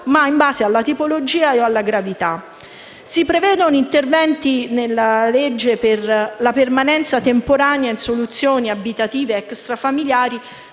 ma in base alla tipologia o alla gravità. Si prevedono interventi per la permanenza temporanea in soluzione abitative extrafamiliari